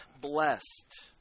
blessed